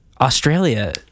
Australia